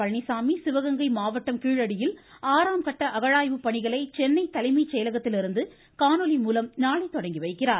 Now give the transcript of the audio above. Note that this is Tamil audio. பழனிசாமி சிவகங்கை மாவட்டம் கீழடியில் ஆறாம் கட்ட அகழாய்வு பணிகளை சென்னை தலைமை செயலகத்திலிருந்து காணொலி மூலம் நாளை தொடங்கி வைக்கிறார்